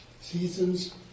seasons